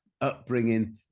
upbringing